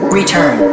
Return